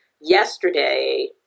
yesterday